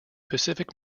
pacific